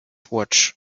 watch